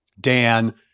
Dan